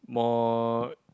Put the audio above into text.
more